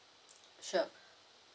sure